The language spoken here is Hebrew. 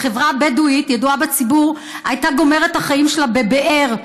בחברה הבדואית ידועה בציבור הייתה גומרת את החיים שלה בבאר.